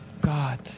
God